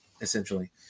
Essentially